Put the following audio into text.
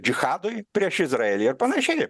džihadui prieš izraelį ir panašiai